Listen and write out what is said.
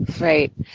Right